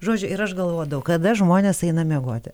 žodžiu ir aš galvodavau kada žmonės eina miegoti